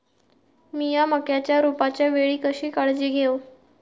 मीया मक्याच्या रोपाच्या वेळी कशी काळजी घेव?